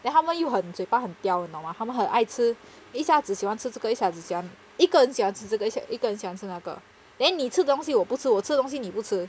then 他们又很嘴巴很叼的你懂吗他们很爱吃一下子喜欢吃这个一下子喜欢一个很喜欢吃这个一个很喜欢吃那个 then 你吃东西我不吃我吃东西你不吃